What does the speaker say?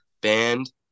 band